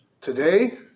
Today